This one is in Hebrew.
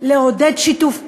לעודד שיתוף פעולה,